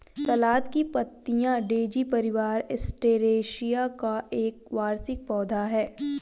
सलाद की पत्तियाँ डेज़ी परिवार, एस्टेरेसिया का एक वार्षिक पौधा है